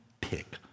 pick